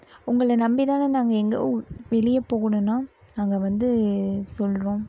உங்களை நம்பி தானே நாங்கள் எங்கோ வெளியே போகணும்னா நாங்கள் வந்து சொல்கிறோம்